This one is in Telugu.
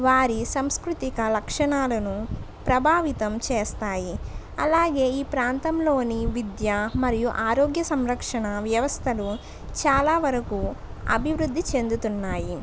వారి సాంస్కృతిక లక్షణాలను ప్రభావితం చేస్తాయి అలాగే ఈ ప్రాంతంలోని విద్య మరియు ఆరోగ్య సంరక్షణ వ్యవస్థలు చాలా వరకు అభివృద్ధి చెందుతున్నాయి